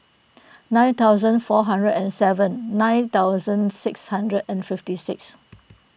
nine thousand four hundred and seven nine thousand six hundred and fifty six